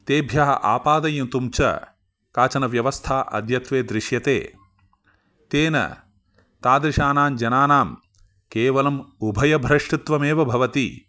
तेभ्यः आपादयितुं च काचन व्यवस्था अद्यत्वे दृश्यते तेन तादृशानां जनानां केवलम् उभयभ्रष्टत्वमेव भवति